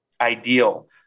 ideal